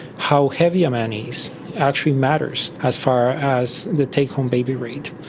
how heavy a man is actually matters as far as the take-home baby rate.